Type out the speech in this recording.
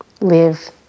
live